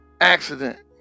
Accident